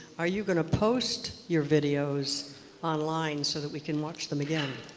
are you going to post your videos online so that we can watch them again?